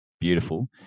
beautiful